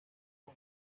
con